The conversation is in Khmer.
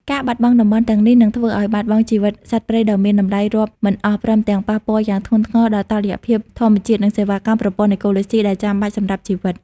ការបាត់បង់តំបន់ទាំងនេះ នឹងធ្វើឲ្យបាត់បង់ជីវិតសត្វព្រៃដ៏មានតម្លៃរាប់មិនអស់ ព្រមទាំងប៉ះពាល់យ៉ាងធ្ងន់ធ្ងរដល់តុល្យភាពធម្មជាតិ និងសេវាកម្មប្រព័ន្ធអេកូឡូស៊ីដែលចាំបាច់សម្រាប់ជីវិត។